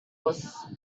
was